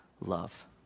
love